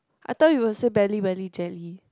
I thought you will say Belly Welly Jelly